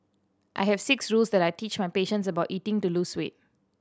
I have six rules that I teach my patients about eating to lose weight